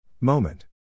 Moment